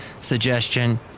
suggestion